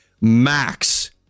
Max